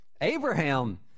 Abraham